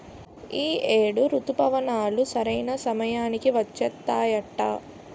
ఈ ఏడు రుతుపవనాలు సరైన సమయానికి వచ్చేత్తాయట